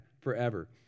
forever